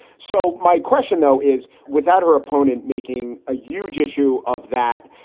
so my question, though, is, without her opponent making a huge issue of that,